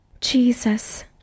Jesus